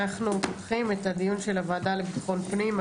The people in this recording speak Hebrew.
אנחנו פותחים את הדיון של הוועדה לביטחון פנים.